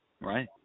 Right